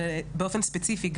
באופן ספציפי,